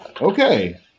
Okay